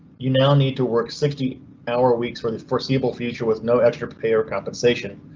you now need to work sixty hour weeks for the foreseeable future with no extra pay or compensation.